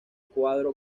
cuadro